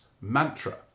mantra